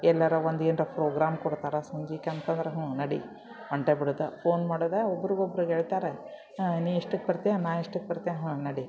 ಎಲ್ಲಾರೂ ಒಂದು ಏನರ ಪ್ರೋಗ್ರಾಮ್ ಕೊಡ್ತಾರ ಸಂಜೀಕೆ ಅಂತಂದ್ರೆ ಹ್ಞೂ ನಡಿ ಹೊಂಟೇ ಬಿಡೋದು ಫೋನ್ ಮಾಡೋದು ಒಬ್ರಿಗೊಬ್ರು ಗೆಳ್ತ್ಯಾರು ಹಾಂ ನೀ ಎಷ್ಟಕ್ಕೆ ಬರ್ತೀಯಾ ನಾ ಎಷ್ಟಕ್ಕೆ ಬರ್ತೀನಿ ಹಾಂ ನಡಿ